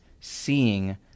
seeing